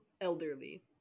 elderly